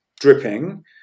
dripping